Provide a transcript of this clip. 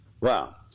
Wow